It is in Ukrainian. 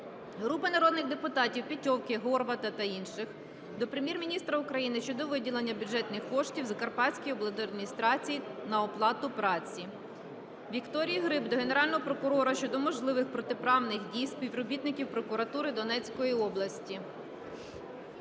Групи народних депутатів (Петьовки, Горвата та інших) до Прем'єр-міністра України щодо виділення бюджетних коштів Закарпатській облдержадміністрації на оплату праці. Вікторії Гриб до Генерального прокурора щодо можливих протиправних дій співробітників прокуратури Донецької області.